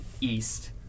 East